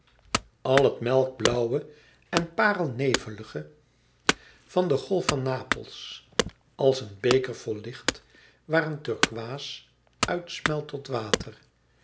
al het melkblauwe en parelnevelige van de golf van napels als een beker vol licht waar een turkooïs uitsmelt tot water